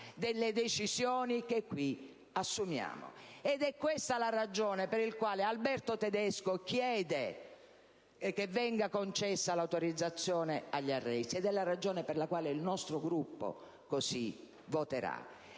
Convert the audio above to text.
trasparenza, che qui assumiamo. Ed è questa la ragione per la quale Alberto Tedesco chiede che venga concessa l'autorizzazione agli arresti, ed è la ragione per la quale il nostro Gruppo così voterà.